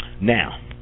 Now